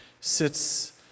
sits